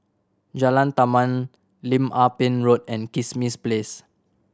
Jalan Taman Lim Ah Pin Road and Kismis Place